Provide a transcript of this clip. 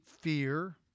fear